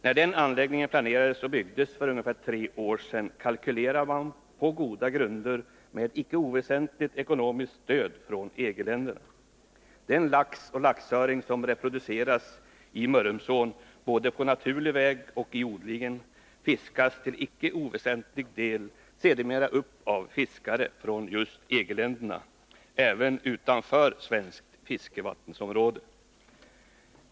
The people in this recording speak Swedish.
När den anläggningen planerades och byggdes för ungefär tre år sedan kalkylerade man på goda grunder med ett icke oväsentligt ekonomiskt stöd från EG-länderna. Den lax och laxöring som reproduceras i Mörrumsån, både på naturlig väg och i odlingen, fiskas sedermera upp till icke oväsentlig del av fiskare från just EG-länderna, även utanför svenskt fiskevattensområde.